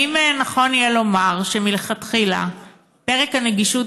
האם נכון יהיה לומר שמלכתחילה פרק הנגישות